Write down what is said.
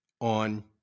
on